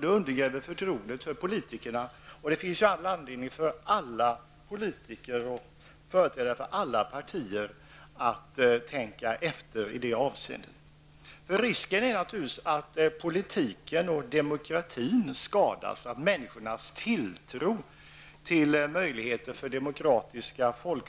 Det undergräver förtroendet för politikerna. Det finns all anledning för alla politiker och företrädare för alla partier att tänka efter i det avseendet. Risken är att politiken och demokratin skadas och att människors tilltro till möjligheten för demokratiskt